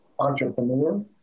entrepreneur